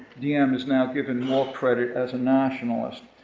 diem is now given more credit as a nationalist.